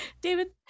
david